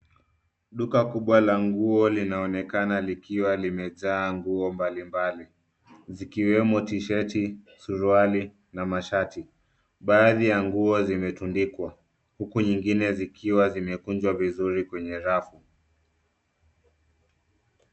Duka kubwa la nguo linaonekana likiwa limejaa nguo mbalimbali zikiwemo tshati, suruali na mashati. Baadhi ya nguo zimetundikwa huku nyingine zikiwa zimekunjwa vizuri kwenye rafu.